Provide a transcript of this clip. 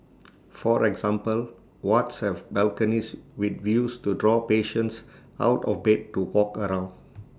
for example wards have balconies with views to draw patients out of bed to walk around